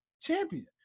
champion